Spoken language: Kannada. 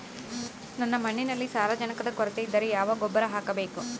ನನ್ನ ಮಣ್ಣಿನಲ್ಲಿ ಸಾರಜನಕದ ಕೊರತೆ ಇದ್ದರೆ ಯಾವ ಗೊಬ್ಬರ ಹಾಕಬೇಕು?